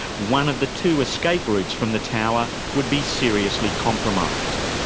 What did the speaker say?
one of the two escape routes from the tower would be seriously compromised.